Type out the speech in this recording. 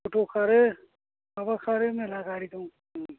थथ' खारो माबा खारो मेला गारि दं